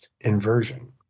inversion